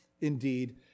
indeed